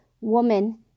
woman